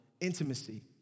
intimacy